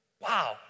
Wow